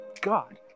God